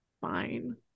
fine